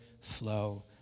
flow